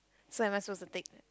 so am I supposed to take